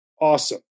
awesome